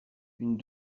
une